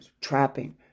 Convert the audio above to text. trapping